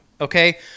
okay